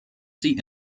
sie